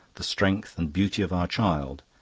the strength, and beauty of our child,